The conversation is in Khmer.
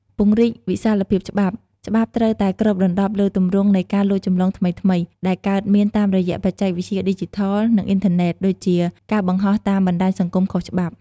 ពង្រីកវិសាលភាពច្បាប់ ច្បាប់ត្រូវតែគ្របដណ្តប់លើទម្រង់នៃការលួចចម្លងថ្មីៗដែលកើតមានតាមរយៈបច្ចេកវិទ្យាឌីជីថល និងអ៊ីនធឺណិត ដូចជា ការបង្ហោះតាមបណ្តាញសង្គមខុសច្បាប់។